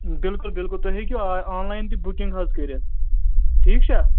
بِلکُل بِلکُل تُہۍ ہیٚکِو آن لاین تہِ بُکِنٛگ حظ کٔرِتھ ٹھیٖک چھا